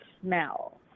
smell